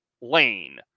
lane